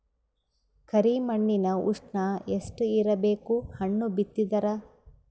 ಕರಿ ಮಣ್ಣಿನ ಉಷ್ಣ ಎಷ್ಟ ಇರಬೇಕು ಹಣ್ಣು ಬಿತ್ತಿದರ?